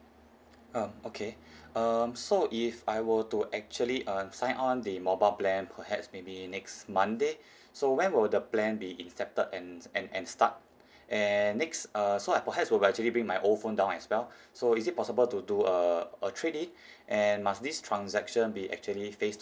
um okay um so if I were to actually um sign on the mobile plan perhaps maybe next monday so when will the plan be incepted and and and start and next err so I perhaps will actually bring my old phone down as well so is it possible to do a a trade in and must this transaction be actually face